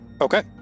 Okay